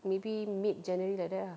maybe mid january like that ah